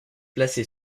placée